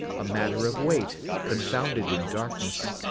a matter of weight, confounded in darkness.